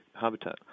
habitat